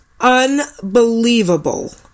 unbelievable